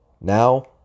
Now